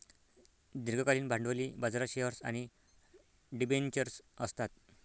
दीर्घकालीन भांडवली बाजारात शेअर्स आणि डिबेंचर्स असतात